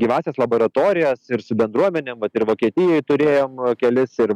gyvąsias laboratorijas ir su bendruomenėm vat ir vokietijoj turėjom kelis ir